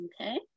Okay